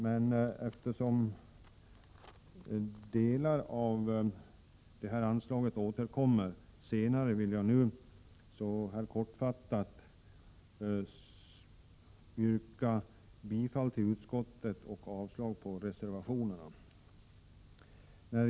Men eftersom delar av detta anslag behandlas senare, vill jag nu fatta mig kort och yrka bifall till utskottets hemställan och avslag på reservationerna.